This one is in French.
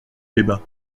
débat